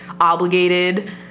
obligated